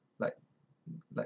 like like